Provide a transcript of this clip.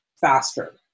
faster